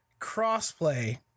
crossplay